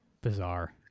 bizarre